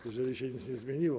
Jeżeli się nic nie zmieniło.